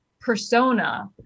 persona